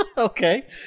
Okay